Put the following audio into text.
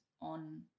on